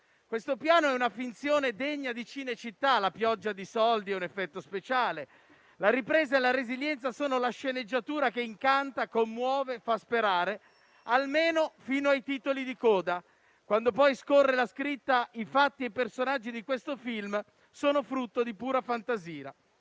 Questo piano è una finzione degna di Cinecittà: la pioggia di soldi è un effetto speciale, la ripresa e la resilienza sono la sceneggiatura che incanta, commuove, fa sperare, almeno fino ai titoli di coda, quando poi scorrere la scritta: «I fatti e i personaggi di questo film sono frutto di pura fantasia».